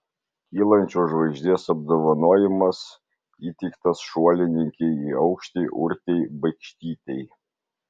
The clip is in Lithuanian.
kylančios žvaigždės apdovanojimas įteiktas šuolininkei į aukštį urtei baikštytei